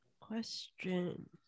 Question